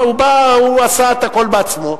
הוא עשה את הכול בעצמו,